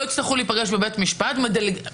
בואו נראה איך אתם מנסחים את זה,